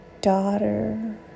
daughter